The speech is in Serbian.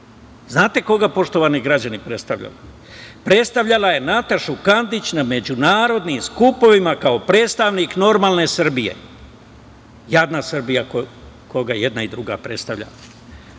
Znate koga, poštovani građani, predstavlja? Predstavljala je Natašu Kandić na međunarodnim skupovima kao predstavnik normalne Srbije. Jadna Srbija koga jedna i druga predstavlja. Poštovani